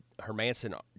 Hermanson